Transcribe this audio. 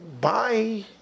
bye